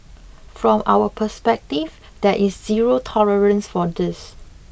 from our perspective there is zero tolerance for this